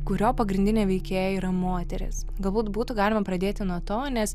kurio pagrindinė veikėja yra moteris galbūt būtų galima pradėti nuo to nes